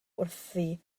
wrthi